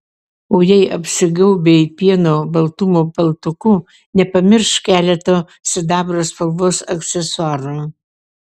o jei apsigaubei pieno baltumo paltuku nepamiršk keleto sidabro spalvos aksesuarų